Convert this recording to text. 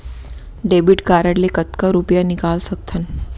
Debit card ले कतका रुपिया निकाल सकथन?